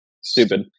Stupid